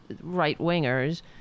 right-wingers